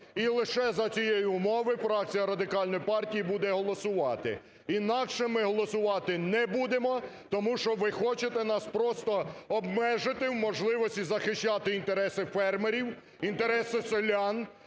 І лише за цієї умови фракція Радикальної партії буде голосувати. Інакше ми голосувати не будемо, тому що ви хочете нас просто обмежити в можливості захищати інтереси фермерів, інтереси селян.